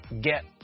get